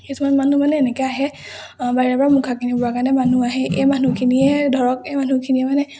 কিছুমান মানুহ মানে এনেকে আহে বাহিৰৰ পৰা মুখা কিনিবৰ কাৰণে মানুহ আহে এই মানুহখিনিয়ে ধৰক এই মানুহখিনিয়ে মানে